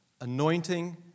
anointing